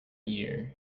year